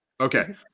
Okay